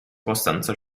costanzo